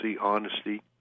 honesty